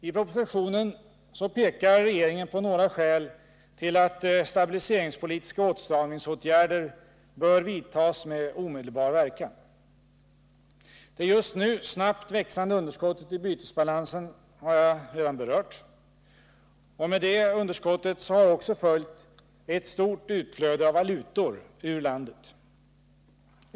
I propositionen pekar regeringen på några skäl till att stabiliseringspolitiska åtstramningsåtgärder bör vidtas med omedelbar verkan. Det just nu snabbt växande underskottet i bytesbalansen har jag redan berört. Med detta underskott har också följt ett stort utflöde av valutor ur landet.